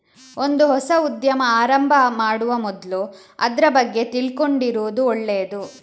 ಒಂದು ಹೊಸ ಉದ್ಯಮ ಆರಂಭ ಮಾಡುವ ಮೊದ್ಲು ಅದ್ರ ಬಗ್ಗೆ ತಿಳ್ಕೊಂಡಿರುದು ಒಳ್ಳೇದು